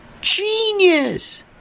Genius